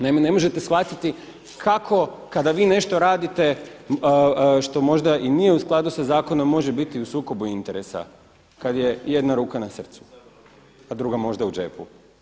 Naime, ne možete shvatiti kako kada vi nešto radite što možda i nije u skladu sa zakonom može biti u sukobu interesa kad je jedna ruka na srcu, a druga možda u džepu.